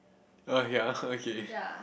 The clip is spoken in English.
oh ya okay